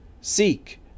Seek